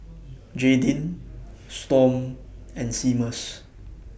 Jaydin Storm and Seamus